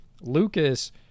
Lucas